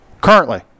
currently